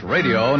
Radio